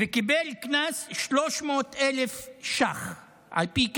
וקיבל קנס של 300,000 שקלים על פי קמיניץ.